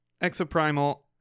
exoprimal